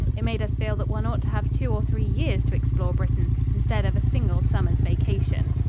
it made us feel that one ought to have two or three years to explore britain instead of a single summer's vacation.